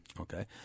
Okay